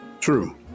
True